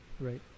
right